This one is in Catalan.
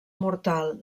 mortal